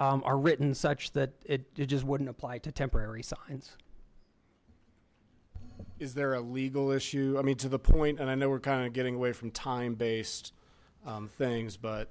variance are written such that it just wouldn't apply to temporary signs is there a legal issue i mean to the point and i know we're kind of getting away from time based things but